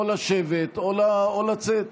או לשבת או לצאת.